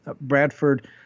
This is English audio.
Bradford